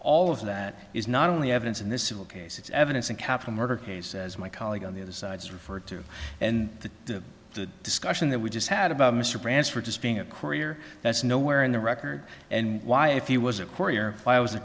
all of that is not only evidence in this case it's evidence in capital murder case as my colleague on the other side's referred to and the discussion that we just had about mr bransford just being a career that's nowhere in the record and why if he was a